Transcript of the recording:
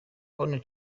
only